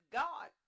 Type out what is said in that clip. god